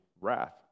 wrath